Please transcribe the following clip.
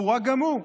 פורק גם הוא,